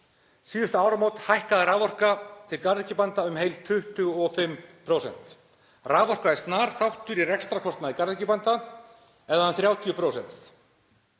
síðustu áramót hækkaði raforka til garðyrkjubænda um heil 25%. Raforka er snar þáttur í rekstrarkostnaði garðyrkjubænda eða um 30%.